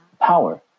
power